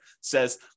says